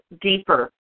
deeper